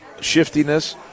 shiftiness